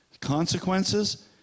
consequences